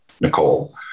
Nicole